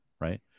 Right